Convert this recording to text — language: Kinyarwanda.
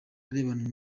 arebana